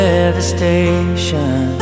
Devastation